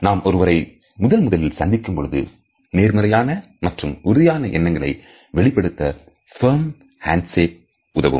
நாம் ஒருவரை முதல் முதலில் சந்திக்கும் பொழுது நேர்மறையான மற்றும் உறுதியான எண்ணங்களை வெளிப்படுத்த பர்ம் ஹேண்ட் சேக் உதவும்